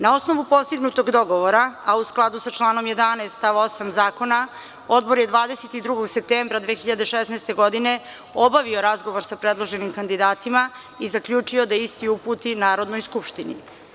Na osnovu postignutog dogovora a u skladu sa članom 11. stav 8. zakona, odbor je 22. septembra 2016. godine obavio razgovor sa predloženim kandidatima i zaključio da isti uputi Narodnoj skupštini.